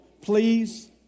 please